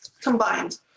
combined